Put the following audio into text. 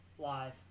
live